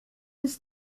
his